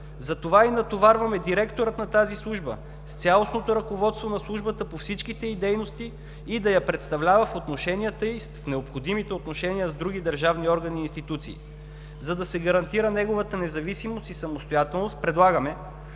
Затова и натоварваме директора на тази служба с цялостното ръководство на службата по всичките й дейности и да я представлява в необходимите отношения с други държавни органи и институции. За да се гарантира неговата независимост и самостоятелност предлагаме